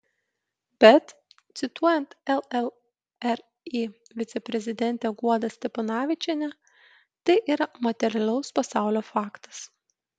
bet cituojant llri viceprezidentę guodą steponavičienę tai yra materialaus pasaulio faktas